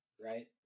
right